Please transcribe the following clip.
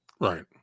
right